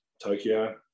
Tokyo